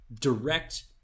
direct